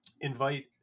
invite